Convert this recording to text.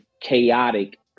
chaotic